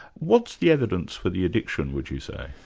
what's the evidence for the addiction, would you say?